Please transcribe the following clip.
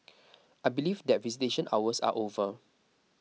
I believe that visitation hours are over